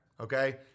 okay